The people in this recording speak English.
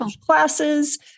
classes